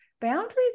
boundaries